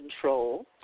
control